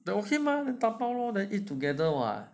okay lor dabao lor then eat together [what]